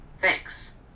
Thanks